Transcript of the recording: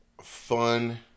fun